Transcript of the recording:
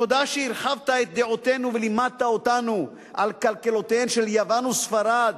תודה שהרחבת את דעותינו ולימדת אותנו על כלכלותיהן של יוון וספרד,